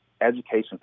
education